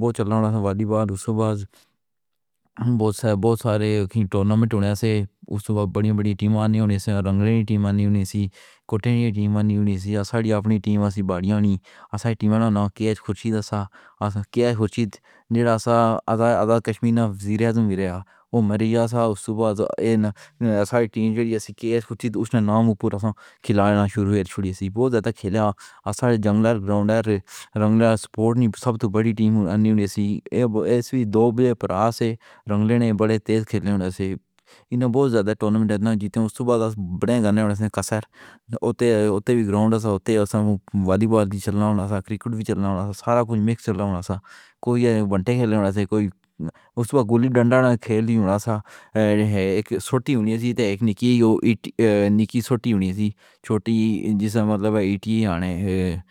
بہت چلݨ والی بار توں بہت سارے ٹورنامنٹ ہوئے سن۔ اُسے وڈیاں وڈیاں ٹیماں آوݨ توں رنگلی ٹیم آوݨ سی، کوٹے ٹیم آوݨ سی۔ اپݨی ٹیم وچوں بھاریاں ہوݨیاں چاہیدیاں۔ ٹیم دا نام خورشید آف خورشید نے آزاد کشمیر توں مِل گیا۔ او مر گیا سی تاں صبح ٹیم چڑھی کے خورشید نے کھلاڑیاں کوں پورا کھلونا شروع کیتا سی۔ بہت زیادہ کھیڈیا آس پاس جنگل گراؤنڈ تے رنگ لا کے سپورٹ دی سب توں وڈی ٹیم ہوݨ توں ہݨ دو بھائی رنگݨے، وڈے تیز کھیڈݨ توں اِیہناں نے بہت زیادہ ٹورنامنٹ جتے۔ تے وڈے توں کسر اُتے اُتے وی گراؤنڈ توں والی بال کرکٹ وی چلݨی سی۔ سارا کجھ مِکس ہوݨا سی۔ کوئی بن٘دے کھیڈ رہا سی، کوئی گولی ڈنڈا کھیڈ رہا سی۔ ہک چھوٹی جیہی چھوٹی جس مطلب اے ٹی ایم۔